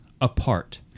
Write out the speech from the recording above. apart